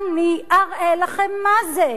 אני אראה לכם מה זה.